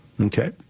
Okay